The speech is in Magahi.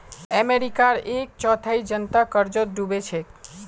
अमेरिकार एक चौथाई जनता कर्जत डूबे छेक